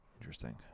Interesting